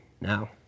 now